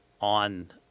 on